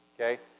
okay